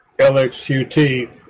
LXQT